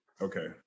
Okay